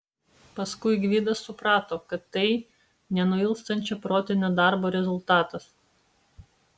paskui gvidas suprato kad tai nenuilstančio protinio darbo rezultatas